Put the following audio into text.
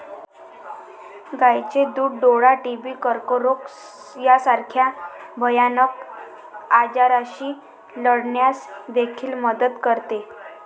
गायीचे दूध डोळा, टीबी, कर्करोग यासारख्या भयानक आजारांशी लढण्यास देखील मदत करते